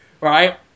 Right